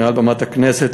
מעל במת הכנסת,